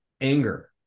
anger